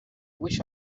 wish